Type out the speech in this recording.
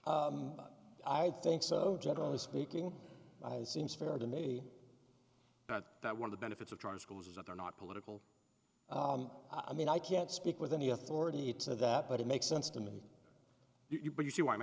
would think so generally speaking seems fair to me but that one of the benefits of charter schools is that they're not political i mean i can't speak with any authority to that but it makes sense to me you but you see why i'm